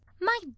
My